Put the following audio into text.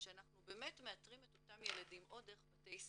שאנחנו באמת מאתרים את אותם ילדים או דרך בתי ספר,